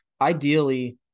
ideally